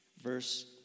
Verse